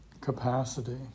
capacity